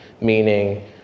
meaning